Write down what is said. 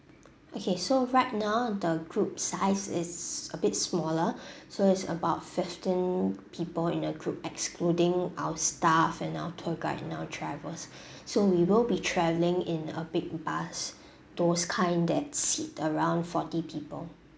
okay so right now the group size is a bit smaller so it's about fifteen people in a group excluding our staff and our tour guide in our travels so we will be travelling in a big bus those kind that sit around forty people